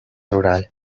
rural